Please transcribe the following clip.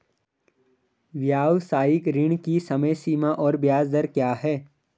व्यावसायिक ऋण की समय सीमा और ब्याज दर क्या है?